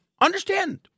Understand